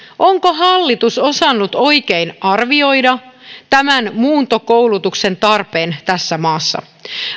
onko hallitus osannut arvioida oikein tämän muuntokoulutuksen tarpeen tässä maassa